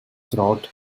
throat